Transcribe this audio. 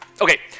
Okay